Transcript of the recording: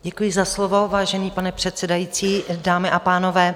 Děkuji za slovo, vážený pane předsedající, dámy a pánové.